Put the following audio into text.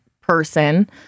person